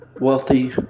wealthy